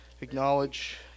acknowledge